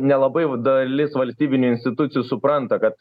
nelabai dalis valstybinių institucijų supranta kad